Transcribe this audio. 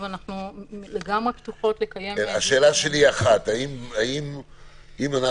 אנחנו לגמרי פתוחות לקיים -- השאלה שלי היא אחת: האם יש